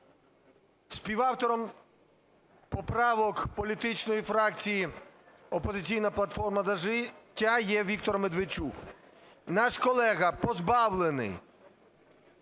Співавтором поправок політичної партії "Опозиційна платформа – За життя" є Віктор Медведчук. Наш колега позбавлений